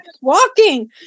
walking